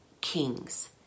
kings